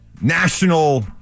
national